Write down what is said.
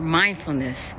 mindfulness